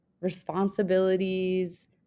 responsibilities